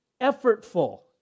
effortful